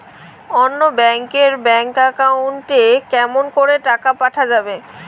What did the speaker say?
অন্য ব্যাংক এর bank account এ কেমন করে টাকা পাঠা যাবে?